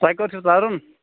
تۄہہِ کر چھُو ترُن